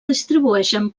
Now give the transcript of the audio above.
distribueixen